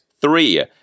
three